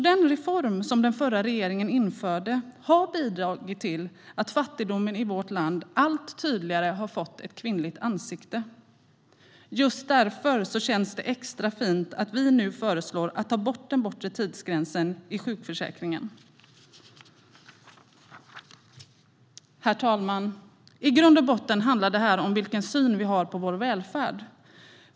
Den reform som den förra regeringen införde har alltså bidragit till att fattigdomen i vårt land allt tydligare har fått ett kvinnligt ansikte. Just därför känns det extra fint att vi nu föreslår att ta bort den bortre tidsgränsen i sjukförsäkringen. Herr talman! I grund och botten handlar det här om vilken syn vi har på vår välfärd.